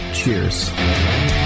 cheers